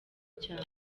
cyane